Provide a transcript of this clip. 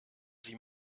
sie